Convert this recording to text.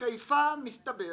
בחיפה מסתבר